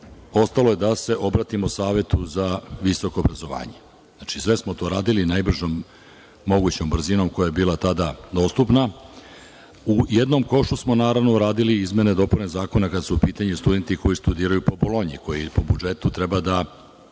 ostalo je da se obratimo Savetu za visoko obrazovanje. Znači, sve smo to radili najbržom mogućom brzinom koja je bila tada dostupna. U jednom košu smo, naravno, uradili izmene i dopune Zakona kada su u pitanju studenti koji studiraju po Bolonji, koji po budžetu treba da